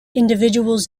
individuals